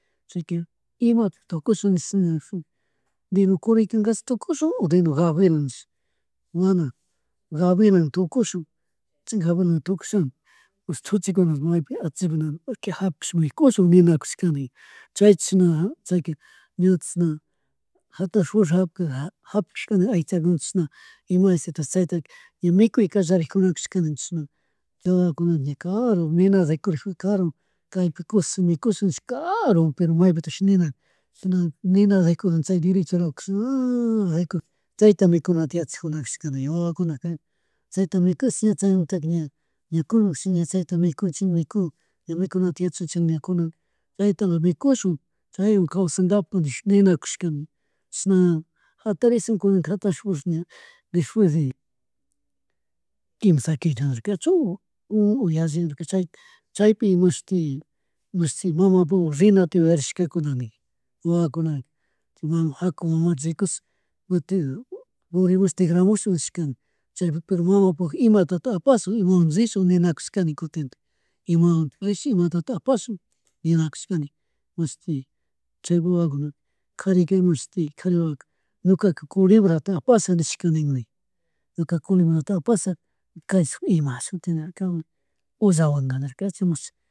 Chayka imatik tukushun nishpa deno kuriquingui tukushun o deno gavilan nish mana gavilan tukushun chi gavilan tukushama chuchikuna maypi atllpakunamun aqui japish mikushun ninakushkani chay chishna chayka ña chishna jatarish japishka nin aykchakuna chishna jatarish volash hapishka nina chishna aychakuna chushna ima chinashna ima disosito chayta ña mikuy callarisjun kashkarijuna kashka nin chashna wawa kuna ña karumun karu kaypi kushash mikushun nish, karumun pero maypiktishi ninaka chishna nina yaykumanta chay derecho lado kashnala yakug chayta mikukta yachakjuna kashkani wawakuna chayta mikush chaymantakamikuna yachajunakashka wawakuna chayta mikush chaymanta kunan shi ña chayta mikunchik mikun ña mikunata ña mikunta chayta mikushun chaywan kawsagapak ninakushka chashna, jatarishun kunanka jatarish purish ña despues de quinsa quilla nirkachu o yashi nirka chaypi mashti, mashti mamapukmun rinata yuyarishkakuna nin wawakunaka chay jaku mamata rikuchun kutin purmush tigramushun nishkani chaypi pero mamapuk imatatak apashun imawan rishun ninakushkanin kutintak imawantik ashi imatatik apashun ninakushnanin mashti chaypuk wawakunaka, kari mashti, kari wawaka ñukaka colebrata apasha nishkanini, ñukaka culebrata apasha, kayshun imashutitka nirkami, olla junda nircachu imashi